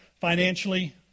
financially